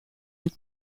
niet